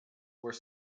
were